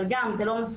אבל גם, זה לא מספיק.